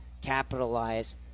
capitalize